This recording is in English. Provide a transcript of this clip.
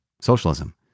socialism